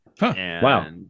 Wow